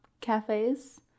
cafes